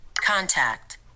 contact